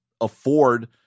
afford